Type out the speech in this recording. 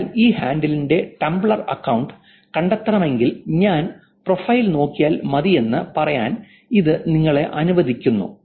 അതിനാൽ ഈ ഹാൻഡിലിന്റെ ടംബ്ലർ അക്കൌണ്ട് കണ്ടെത്തണമെങ്കിൽ ഞാൻ പ്രൊഫൈൽ നോക്കിയാൽ മതിയെന്ന് പറയാൻ ഇത് നിങ്ങളെ അനുവദിക്കുന്നു